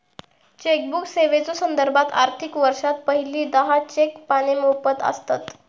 chequebook सेवेच्यो संदर्भात, आर्थिक वर्षात पहिली दहा चेक पाने मोफत आसतत